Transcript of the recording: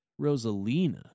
Rosalina